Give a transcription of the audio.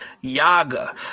Yaga